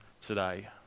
today